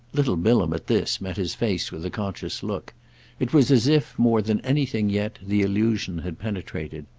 little bilham, at this, met his face with a conscious look it was as if, more than anything yet, the allusion had penetrated.